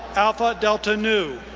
alpha delta nu.